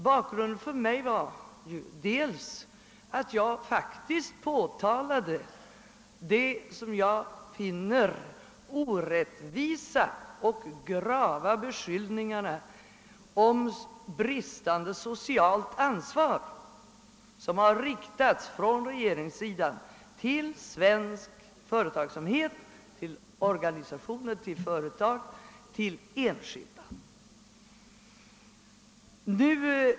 Bakgrunden för mig var dock att jag faktiskt påtalade de som jag finner orättvisa och grava beskyllningar om bristande socialt ansvar som riktats från 'regeringssidan mot svensk företagsamhet, organisationer, företag och enskilda.